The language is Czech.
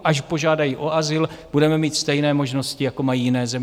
Až požádají o azyl, budeme mít stejné možnosti, jako mají jiné země.